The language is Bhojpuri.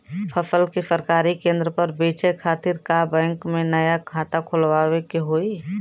फसल के सरकारी केंद्र पर बेचय खातिर का बैंक में नया खाता खोलवावे के होई?